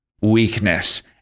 weakness